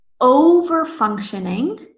over-functioning